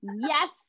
yes